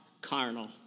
carnal